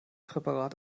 präparat